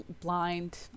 blind